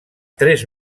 tres